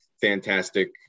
fantastic